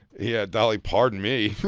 yeah, dolly pardon me. yeah.